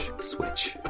switch